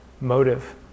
motive